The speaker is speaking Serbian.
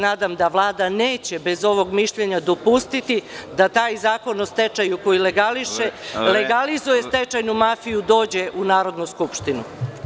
Nadam se da Vlada neće bez ovog mišljenja dopustiti da taj Zakon o stečaju … (Predsedavajući: Vreme.) … koji legalizuje stečajnu mafiju, dođe u Narodnu skupštinu.